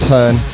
Turn